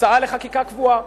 הצעה לחקיקה קבועה,